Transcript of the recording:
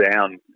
down